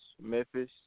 Memphis